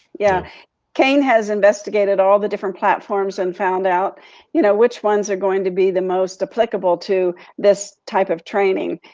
yeah cain has investigated all the different platforms and found out you know which ones are going to be the most applicable to this type of training.